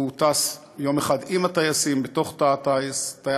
הוא טס יום אחד עם הטייסים בתוך תא הטייס,